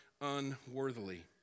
unworthily